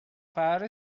فرا